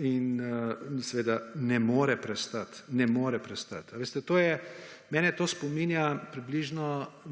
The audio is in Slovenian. in seveda ne more prestati, ne more prestati, a veste. To je, mene to spominja približno